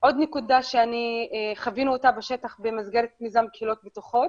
עוד נקודה שחווינו אותה בשטח במסגרת מיזם קהילות בטוחות